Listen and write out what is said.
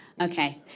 Okay